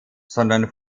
sondern